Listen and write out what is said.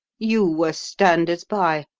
you were standers by